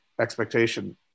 expectation